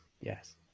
Yes